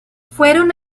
fueron